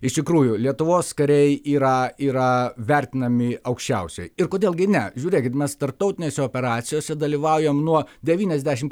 iš tikrųjų lietuvos kariai yra yra vertinami aukščiausiai ir kodėl gi ne žiūrėkit mes tarptautinėse operacijose dalyvaujam nuo devyniasdešim